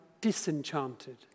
disenchanted